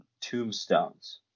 tombstones